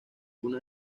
una